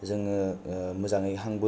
मोजाङै हां बोनो लुबैदोंबा